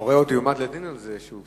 המורה עוד יועמד לדין על זה.